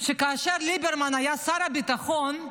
כאשר ליברמן היה שר הביטחון,